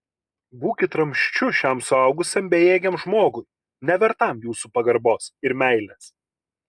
būkit ramsčiu šiam suaugusiam bejėgiam žmogui nevertam jūsų pagarbos ir meilės